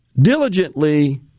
diligently